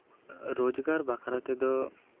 ᱨᱳᱡᱽᱜᱟᱨ ᱵᱟᱠᱷᱨᱟ ᱛᱮᱫᱚ